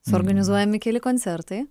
suorganizuojami keli koncertai